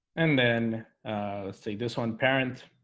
and then take this one parent